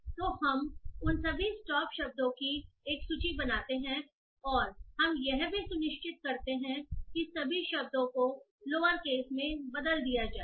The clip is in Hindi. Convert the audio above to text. तो हम उन सभी स्टॉप शब्दों की एक सूची बनाते हैं और हम यह भी सुनिश्चित करते हैं कि सभी शब्दों को लोअरकेस में बदल दिया जाए